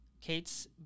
Kate's